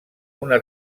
una